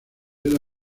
era